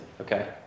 Okay